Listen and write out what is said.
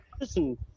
listen